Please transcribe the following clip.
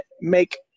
make